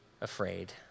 afraid